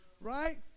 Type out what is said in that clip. Right